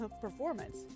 performance